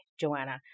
Joanna